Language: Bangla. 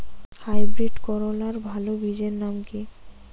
হাইব্রিড করলার ভালো বীজের নাম কি?